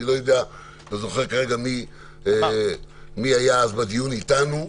לא זוכר כרגע מי היה אז בדיון איתנו,